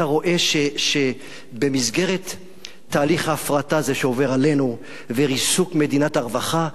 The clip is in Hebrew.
אתה רואה שבמסגרת תהליך ההפרטה הזה שעובר עלינו וריסוק מדינת הרווחה,